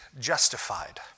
justified